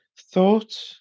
thought